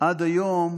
עד היום